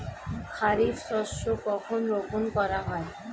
খারিফ শস্য কখন রোপন করা হয়?